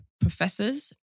professors